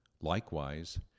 Likewise